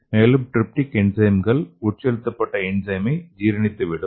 மேலும் டிரிப்டிக் என்சைம்கள் உட்செலுத்தப்பட்ட என்சைம்களை ஜீரணித்து விடும்